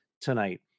tonight